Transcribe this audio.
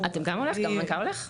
גם המנכ"ל הולך?